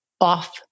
off